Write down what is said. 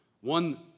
One